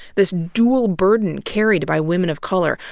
this dual burden carried by women of color.